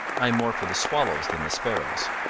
i am more for the swallows than the sparrows.